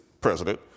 president